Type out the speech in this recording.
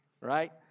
right